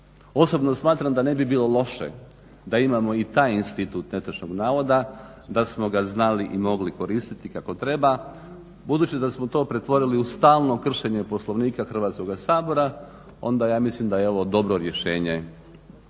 Osobno smatram da ne bi bilo loše da imamo i taj institut netočnog navoda, da smo ga znali i mogli koristiti kako treba. Budući da smo to pretvorili u stalno kršenje Poslovnika Hrvatskoga sabora onda ja mislim da je ovo dobro rješenje